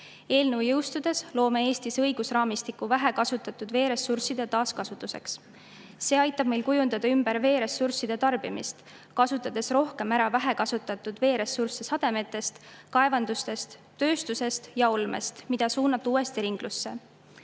jõustudes loome Eestis õigusraamistiku vähe kasutatud veeressursside taaskasutuseks. See aitab meil veeressursside tarbimist ümber kujundada, kasutades rohkem ära vähe kasutatud veeressursse sademetest, kaevandustest, tööstusest ja olmest, suunates need uuesti ringlusse.